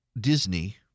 Disney –